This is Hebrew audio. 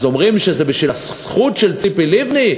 אז אומרים שזה בשביל הזכות של ציפי לבני?